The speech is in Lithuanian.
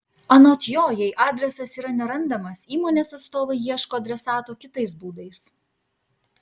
anot jo jei adresas yra nerandamas įmonės atstovai ieško adresato kitais būdais